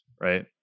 right